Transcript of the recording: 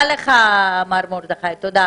מר מרדכי, תודה